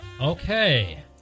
Okay